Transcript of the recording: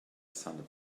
sun